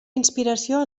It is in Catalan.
inspiració